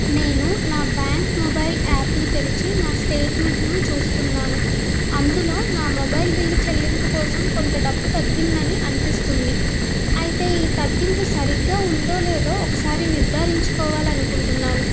నేను నా bank mobile యాప్ని తెరిచి నా స్టేట్మెంట్ను చూస్తున్నాను అందులో నా మొబైల్ బిల్లు చెల్లింపు కోసం కొంత డబ్బు తగ్గిందని అనిపిస్తుంది అయితే ఈ తగ్గింపు సరిగ్గా ఉందో లేదో ఒకసారి నిర్ధారించుకోవాలనుకుంటున్నాను